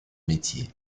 métier